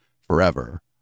forever